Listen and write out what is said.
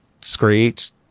screech